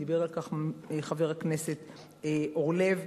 דיבר על כך חבר הכנסת אורלב,